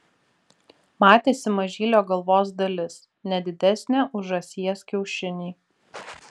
matėsi mažylio galvos dalis ne didesnė už žąsies kiaušinį